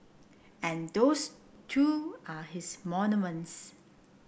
and those too are his monuments